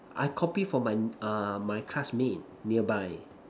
I copy from my uh my classmate nearby